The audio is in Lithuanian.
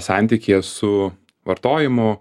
santykyje su vartojimu